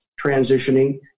transitioning